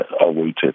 awaited